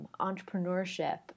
entrepreneurship